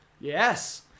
Yes